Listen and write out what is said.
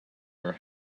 are